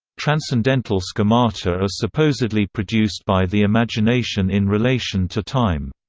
transcendental schemata are supposedly produced by the imagination in relation to time.